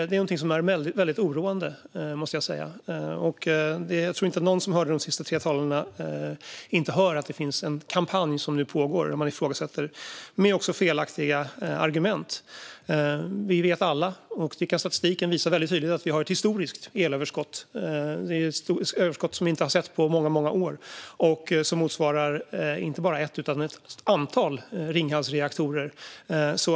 Det är väldigt oroande, måste jag säga, och jag tror att alla som hörde de senaste tre talarna kunde höra att det nu pågår en kampanj med felaktiga argument och ifrågasättanden. Vi vet alla, och statistiken visar väldigt tydligt, att vi har ett historiskt elöverskott, ett överskott som inte har setts på många, många år och som motsvarar inte bara en utan ett antal Ringhalsreaktorer.